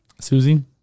Susie